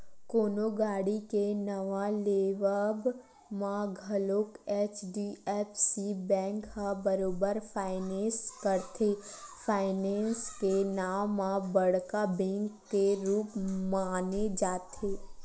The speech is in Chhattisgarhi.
कोनो गाड़ी के नवा लेवब म घलोक एच.डी.एफ.सी बेंक ह बरोबर फायनेंस करथे, फायनेंस के नांव म बड़का बेंक के रुप माने जाथे